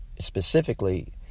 specifically